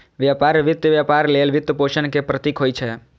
व्यापार वित्त व्यापार लेल वित्तपोषण के प्रतीक होइ छै